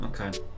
okay